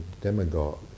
demagogue